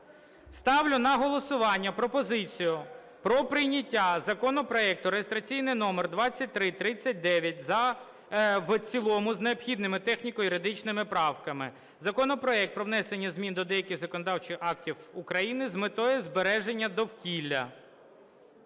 Ставлю на голосування пропозицію про прийняття законопроекту (реєстраційний номер 2339) в цілому з необхідними техніко-юридичними правками. Законопроект про внесення змін до деяких законодавчих актів України з метою збереження довкілля